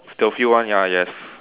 the few one ya yes